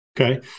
Okay